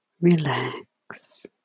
relax